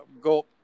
go